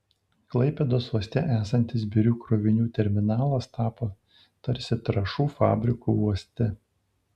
klaipėdos uoste esantis birių krovinių terminalas tapo tarsi trąšų fabriku uoste